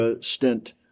stint